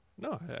no